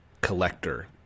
collector